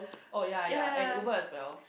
oh ya ya and Uber as well